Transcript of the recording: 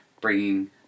bringing